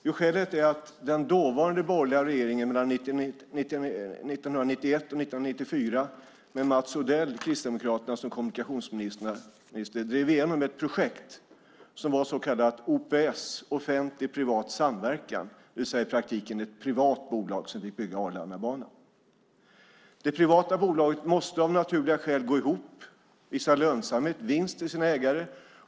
Jo, skälet är att den dåvarande borgerliga regeringen mellan 1991 och 1994, med Mats Odell från Kristdemokraterna som kommunikationsminister, drev igenom ett projekt som var så kallad OPS, offentlig-privat samverkan. I praktiken var det ett privat bolag som fick bygga Arlandabanan. Det privata bolaget måste av naturliga skäl gå ihop och visa lönsamhet, vinst, för sina ägare.